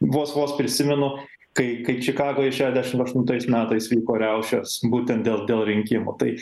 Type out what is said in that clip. vos vos prisimenu kai kai čikagoj šešiasdešim aštuntais metais vyko riaušės būtent dėl dėl rinkimų tai